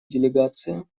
делегация